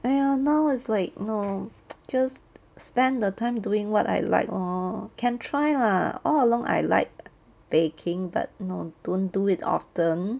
!aiya! now is like no just spend the time doing what I like lor can try lah all along I like baking but no don't do it often